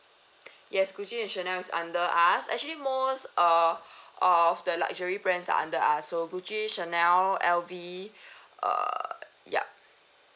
yes Gucci and Chanel is under us actually most uh uh of the luxury brands are under us so Gucci Chanel L_V err yup